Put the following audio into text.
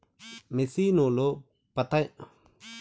మెసీనుతో పనైతాది కానీ, ఒల్లోంచకుండా డమ్ము లెక్క తయారైతివబ్బా